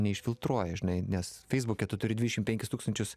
neišfiltruoja žinai nes feisbuke tu turi dvidešim penkis tūkstančius